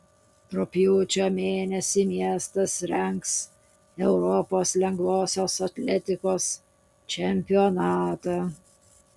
rugpjūčio mėnesį miestas rengs europos lengvosios atletikos čempionatą